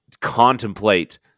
contemplate